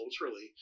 culturally